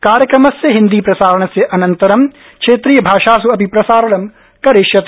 कार्यक्रमस्य हिन्दीप्रसारणस्य अनन्तरं क्षेत्रीयभाषास् अपि प्रसारणं करिष्यते